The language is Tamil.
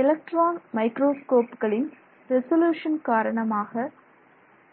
எலக்ட்ரான் மைக்ரோஸ்கோப்புகளின் ரெசல்யூசன் காரணமாக